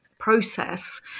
process